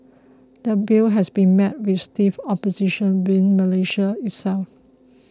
the Bill has been met with stiff opposition within Malaysia itself